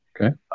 Okay